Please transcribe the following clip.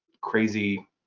crazy